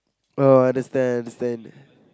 oh I understand understand